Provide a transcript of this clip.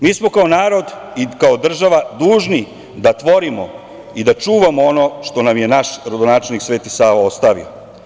Mi smo kao narod i kao država dužni da tvorimo i da čuvamo ono što nam je naš rodonačelnik Sveti Sava ostavio.